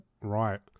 right